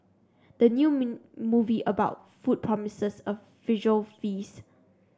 the new mean movie about food promises a visual feast